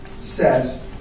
says